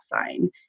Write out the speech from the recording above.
sign